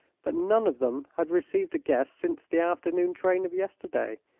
but none of them had received a guest since the afternoon train of yesterday.